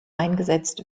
eingesetzt